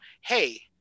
hey